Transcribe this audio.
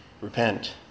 repent